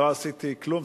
לא עשיתי כלום,